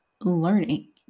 learning